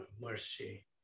mercy